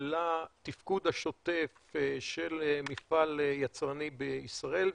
לתפקוד השוטף של מפעל יצרני בישראל?